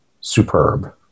superb